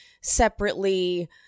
separately